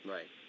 Right